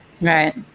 Right